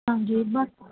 ਹਾਂਜੀ ਬ